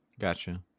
Gotcha